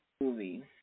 movie